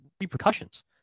repercussions